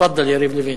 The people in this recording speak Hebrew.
תפאדל, יריב לוין.